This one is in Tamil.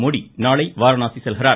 மோடி நாளை வாரணாசி செல்கிறார்